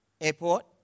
airport